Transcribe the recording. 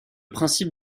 principe